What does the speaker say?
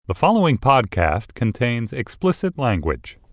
the following podcast contains explicit language